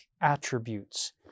attributes